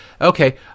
Okay